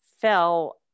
fell